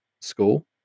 school